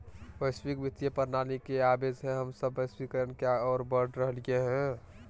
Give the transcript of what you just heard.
वैश्विक वित्तीय प्रणाली के आवे से हम सब वैश्वीकरण के ओर बढ़ रहलियै हें